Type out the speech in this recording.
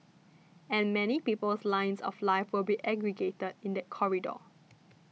and many people's lines of life will be aggregated in that corridor